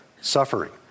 suffering